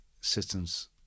systems